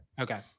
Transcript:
okay